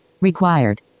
Required